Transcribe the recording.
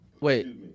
Wait